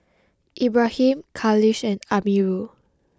Ibrahim Khalish and Amirul